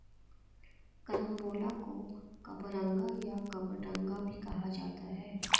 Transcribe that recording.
carambola को कबरंगा या कबडंगा भी कहा जाता है